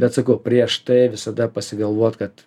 bet saku prieš tai visada pasigalvot kad